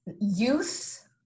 youth